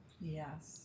Yes